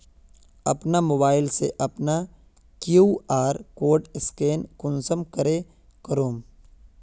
अपना मोबाईल से अपना कियु.आर कोड स्कैन कुंसम करे करूम?